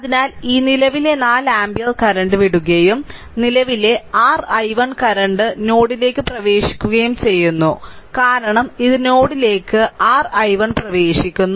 അതിനാൽ ഈ നിലവിലെ 4 ആമ്പിയർ കറന്റ് വിടുകയും നിലവിലെ r i1 കറന്റ് നോഡിലേക്ക് പ്രവേശിക്കുകയും ചെയ്യുന്നു കാരണം ഇത് നോഡിലേക്ക് r i1 പ്രവേശിക്കുന്നു